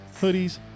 hoodies